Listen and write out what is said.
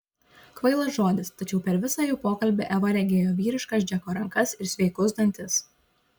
kvailas žodis tačiau per visą jų pokalbį eva regėjo vyriškas džeko rankas ir sveikus dantis